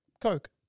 Coke